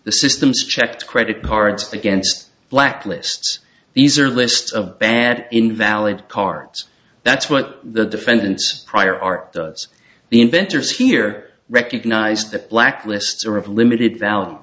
the systems checked credit cards against blacklist these are lists of bad invalid carts that's what the defendants prior art does the inventors here recognize that black lists are of limited val